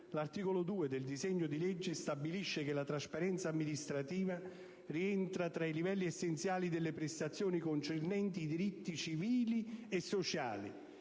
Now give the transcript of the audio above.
l'articolo 2 del disegno di legge stabilisce che la trasparenza amministrativa rientra tra i livelli essenziali delle prestazioni concernenti i diritti civili e sociali